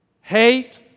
hate